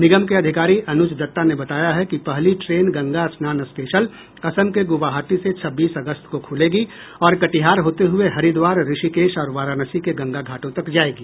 निगम के अधिकारी अनुज दत्ता ने बताया है कि पहली ट्रेन गंगा स्नान स्पेशल असम के गुवाहाटी से छब्बीस अगस्त को खुलेगी और कटिहार होते हुए हरिद्वार ऋषिकेश और वाराणसी के गंगा घाटों तक जाएगी